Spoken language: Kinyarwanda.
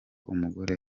umugore